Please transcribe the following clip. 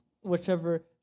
whichever